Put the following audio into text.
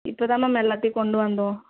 இப்போ தான் மேம் எல்லாத்தையும் கொண்டு வந்தோம்